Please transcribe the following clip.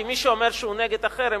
כי מי שאומר שהוא נגד החרם,